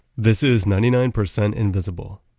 this is ninety nine percent invisible.